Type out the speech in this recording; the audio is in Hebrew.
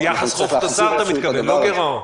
אתה מתכוון ליחס חוב-תוצר לא גירעון.